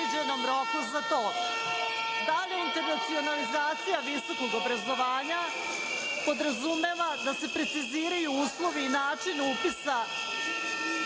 predviđenom roku za to. Dalja internacionalizacija visokog obrazovanja podrazumeva da se preciziraju uslovi i način upisa